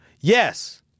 Yes